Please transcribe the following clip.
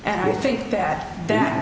and i think that that